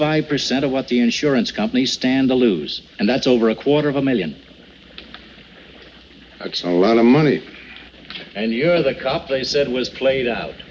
five percent of what the insurance companies stand to lose and that's over a quarter of a million bucks on a lot of money and you're the cop they said it was played out